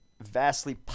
vastly